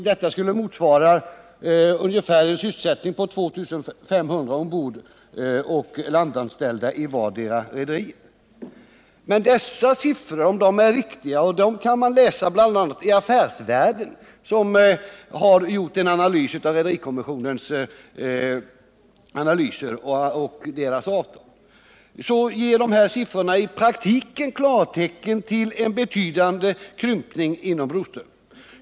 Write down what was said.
Det skulle motsvara sysselsättning för ungefär 2 500 ombordoch landanställda vid vartdera rederiet. Om dessa siffror är riktiga — man kan läsa om dem bl.a. i Affärsvärlden, som har gjort en analys av rederikommissionens rapport — så ger de i praktiken klartecken för en betydande krympning inom Broströmkoncernen.